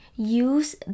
Use